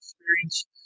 experience